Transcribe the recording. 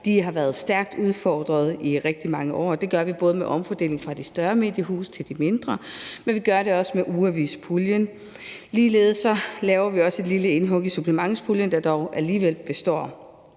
de har været stærkt udfordrede i rigtig mange år – og det gør vi både med omfordeling fra de større mediehuse til de mindre, men vi gør det også med ugeavispuljen. Ligeledes laver vi også et lille indhug i supplementspuljen, der dog alligevel består.